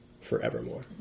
forevermore